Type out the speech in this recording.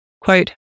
Quote